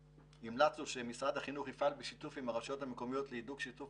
המלצנו שמשרד החינוך יפעל בשיתוף עם הרשויות המקומיות להידוק שיתוף